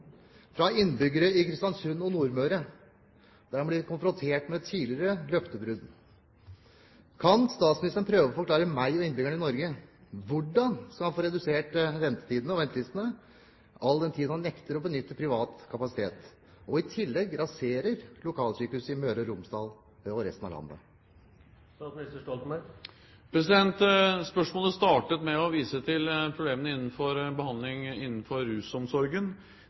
tidligere løftebrudd. Kan statsministeren prøve å forklare meg og innbyggerne i Norge hvordan han skal få redusert ventetidene og ventelistene all den tid han nekter å bruke privat kapasitet, og i tillegg raserer lokalsykehus i Møre og Romsdal og i resten av landet? Spørsmålet startet med å vise til problemene med behandling innenfor rusomsorgen.